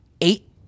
eight